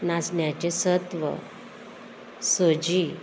नाचण्याचें सत्व सोजी